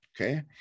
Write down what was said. Okay